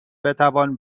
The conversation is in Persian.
بتوان